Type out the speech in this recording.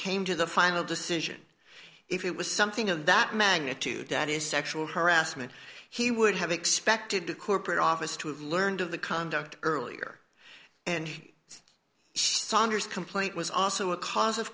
came to the final decision if it was something of that magnitude that is sexual harassment he would have expected the corporate office to have learned of the conduct earlier and saunders complaint was also a cause